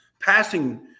passing